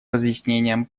разъяснением